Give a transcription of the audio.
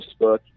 facebook